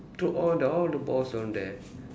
to all the all the balls down there